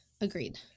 agreed